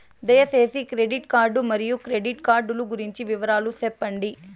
దయసేసి credit card మరియు credit card లు గురించి వివరాలు సెప్పండి?